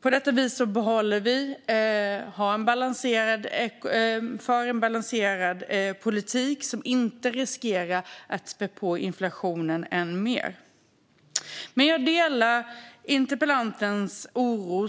På detta vis för vi en balanserad politik som inte riskerar att spä på inflationen än mer. Men jag delar interpellantens oro